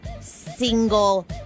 single